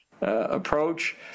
approach